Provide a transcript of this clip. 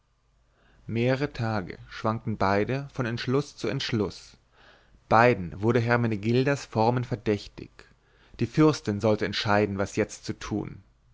mehrere tage schwankten beide von entschluß zu entschluß beiden wurden hermenegildas formen verdächtig die fürstin sollte entscheiden was jetzt zu tun